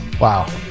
Wow